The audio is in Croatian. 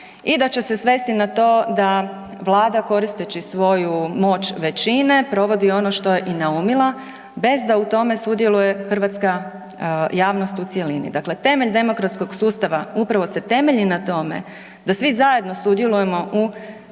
i da će se svesti na to da Vlada koristeći svoju moć većine, provodi ono što je naumila, bez da u tome sudjeluje hrvatska javnost u cjelini. Dakle, temelj demokratskog sustava upravo se temelji na tome da svi zajedno sudjelujemo u